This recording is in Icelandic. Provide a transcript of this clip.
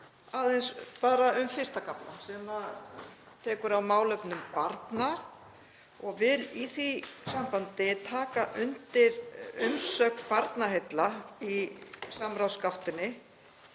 aðeins bara um fyrsta kaflann sem tekur á málefnum barna. Ég vil í því sambandi taka undir umsögn Barnaheilla í samráðsgáttinni